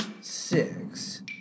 Six